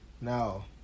Now